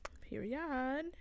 period